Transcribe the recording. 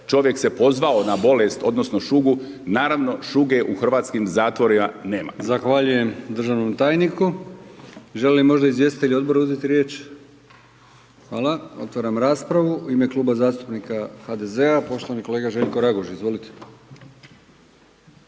čovjek se pozvao na bolest odnosno šugu, naravno šuge u hrvatskim zatvorima nema.